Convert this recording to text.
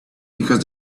because